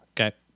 Okay